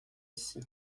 ici